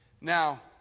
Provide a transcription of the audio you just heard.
Now